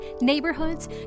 neighborhoods